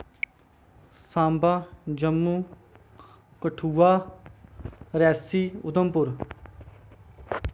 Samba Jammu Kathua Reasi Udhampur